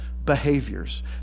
Behaviors